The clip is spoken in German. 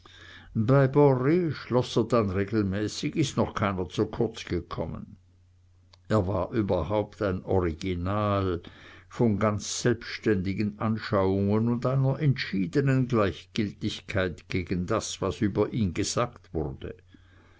dann regelmäßig ist noch keiner zu kurz gekommen er war überhaupt ein original von ganz selbständigen anschauungen und einer entschiedenen gleichgiltigkeit gegen das was über ihn gesagt wurde